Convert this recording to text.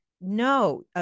no